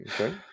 Okay